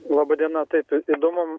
laba diena taip įdomu